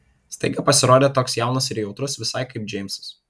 staiga pasirodė toks jaunas ir jautrus visai kaip džeimsas